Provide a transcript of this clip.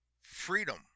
freedom